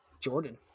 Jordan